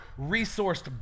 resourced